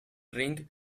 ring